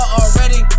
already